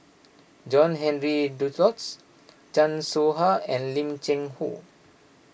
John Henry Duclos Chan Soh Ha and Lim Cheng Hoe